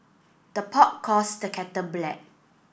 the pot calls the kettle black